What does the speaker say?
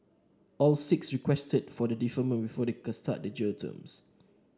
all six requested for deferment before they start their jail terms